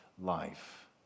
life